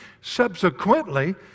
subsequently